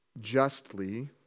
justly